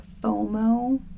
FOMO